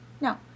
No